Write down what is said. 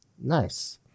Nice